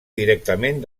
directament